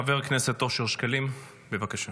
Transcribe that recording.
חבר הכנסת אושר שקלים, בבקשה.